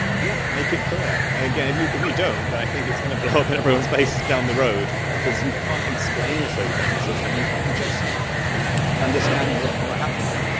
yeah make it clear. and if you if you don't, and i think it's going to blow up in everyone's faces down the roads, because you can't explain a sociotechnical system. you can just understand what what happened.